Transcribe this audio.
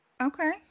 Okay